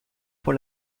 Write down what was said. pour